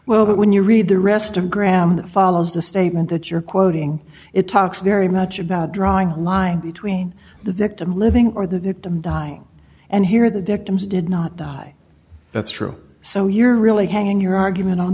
well but when you read the rest of graeme that follows the statement that you're quoting it talks very much about drawing a line between the victim living or the victim dying and here the victims did not die that's true so you're really hanging your argument on